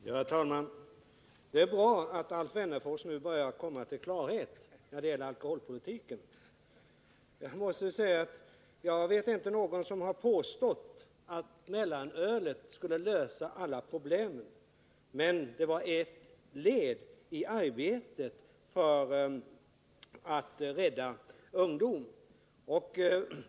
Herr talman! Det är bra att Alf Wennerfors nu börjar komma till klarhet när det gäller alkoholpolitiken. Jag känner inte till någon som har påstått att borttagandet av mellanölet skulle lösa alla problem. Men det var ett led i arbetet för att rädda ungdom.